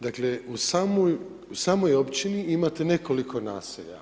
Dakle u samoj općini imate nekoliko naselja.